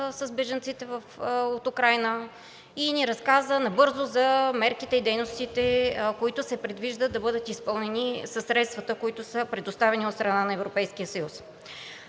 с бежанците от Украйна, и ни разказа набързо за мерките и дейностите, които се предвижда да бъдат изпълнени със средствата, които са предоставени от страна на Европейския съюз.